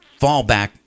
fallback